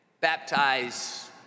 Baptize